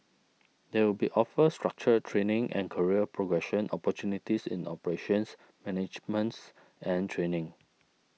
they will be offered structured training and career progression opportunities in operations managements and training